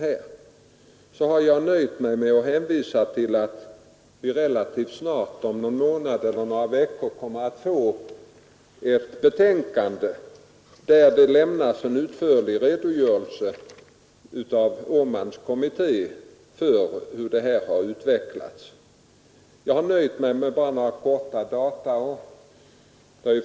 Jag har nöjt mig med att hänvisa till att vi relativt snart — Om någon månad eller några veckor — kommer att få ett betänkande, i vilket lämnas en utförlig redogörelse av Åmankommittén för hur utvecklingen gått. Jag har här nöjt mig med att återge några korta data.